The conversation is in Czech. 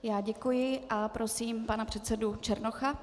Já děkuji a prosím pana předsedu Černocha.